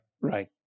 right